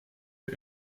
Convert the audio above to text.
der